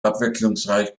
abwechslungsreich